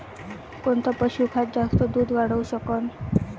कोनचं पशुखाद्य जास्त दुध वाढवू शकन?